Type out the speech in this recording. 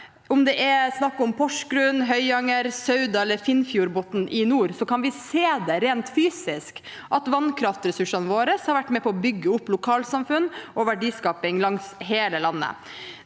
Om det er snakk om Porsgrunn, Høyanger, Sauda eller Finnfjordbotn i nord, kan vi rent fysisk se at vannkraftressursene våre har vært med på å bygge opp lokalsamfunn og verdiskaping langs hele landet.